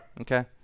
Okay